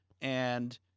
And-